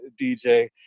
DJ